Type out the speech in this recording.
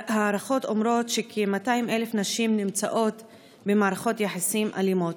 הערכות אומרות שכ-200,000 נשים נמצאות במערכות יחסים אלימות.